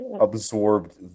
absorbed